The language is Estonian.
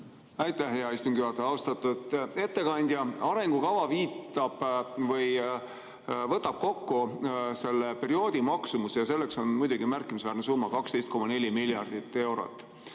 Aitäh, hea istungi juhataja! Austatud ettekandja! Arengukava võtab kokku selle perioodi maksumuse ja see on muidugi märkimisväärne summa, 12,4 miljardit eurot.